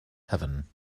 heaven